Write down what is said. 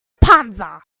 panza